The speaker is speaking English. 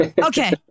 Okay